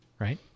right